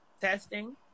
Testing